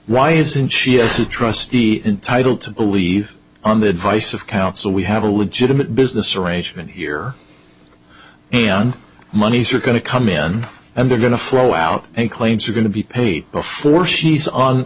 why isn't she as a trustee entitle to believe on the advice of counsel we have a legitimate business arrangement here monies are going to come in and they're going to flow out and claims are going to be paid before she's on